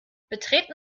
betreten